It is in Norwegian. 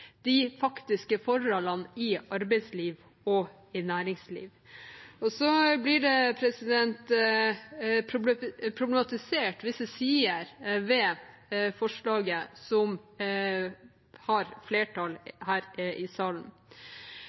faktiske forholdene i arbeidsliv og næringsliv. Så problematiserer man visse sider ved forslaget som har flertall her i salen.